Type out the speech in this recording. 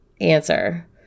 answer